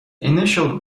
initial